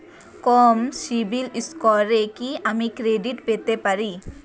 কম CIBIL স্কোরে কি আমি ক্রেডিট পেতে পারি?